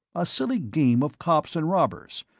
a silly game of cops and robbers,